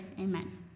amen